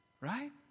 right